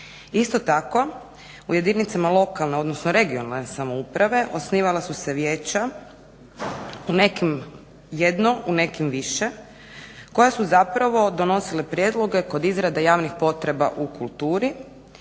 Isto tako, u jedinicama lokalne odnosno regionalne samouprave osnivala su se vijeća u nekim jedno, u nekim više koja su zapravo donosili prijedloge kod izrade javnih potreba u kulturi